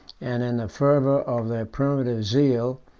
and in the fervor of their primitive zeal,